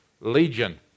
Legion